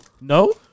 No